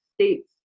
states